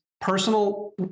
personal